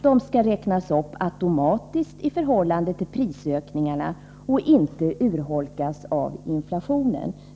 De skall räknas upp automatiskt i förhållande till prisökningarna och inte urholkas av inflationen.